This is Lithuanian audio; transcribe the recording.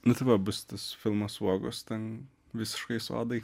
nu tai va bus tas filmas uogos ten visiškai sodai